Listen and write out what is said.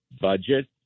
budget